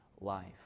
life